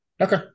Okay